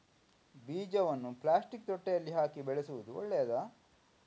ಬೀಜವನ್ನು ಪ್ಲಾಸ್ಟಿಕ್ ತೊಟ್ಟೆಯಲ್ಲಿ ಹಾಕಿ ಬೆಳೆಸುವುದು ಒಳ್ಳೆಯದಾ?